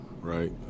right